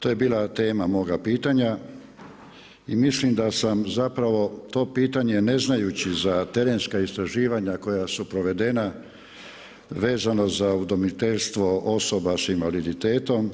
To je bila tema moga pitanja i mislim da sam to pitanje ne znajući za terenska istraživanja koja su provedena vezano za udomiteljstvo osoba s invaliditetom,